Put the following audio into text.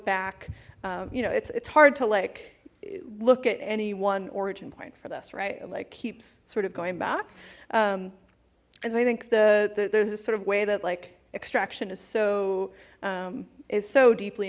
back you know it's it's hard to like look at any one origin point for this right it like keeps sort of going back and i think the there's a sort of way that like extraction is so is so deeply